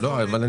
רמת השרון,